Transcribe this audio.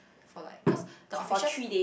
for like cause the official